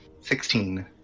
Sixteen